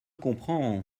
comprends